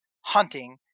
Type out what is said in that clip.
hunting